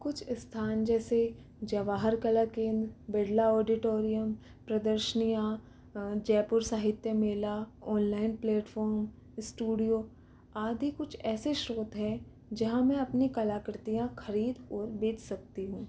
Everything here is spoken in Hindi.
कुछ स्थान जैसे जवाहर कला केंद्र बिरला ऑडीटोरीयम प्रदर्शनियाँ जयपुर साहित्य मेला ऑनलाईन प्लेटफॉम स्टुडियो आदि कुछ ऐसे स्त्रोत है जहाँ मैं अपनी कलाकृतियाँ खरीद और बेच सकती हूँ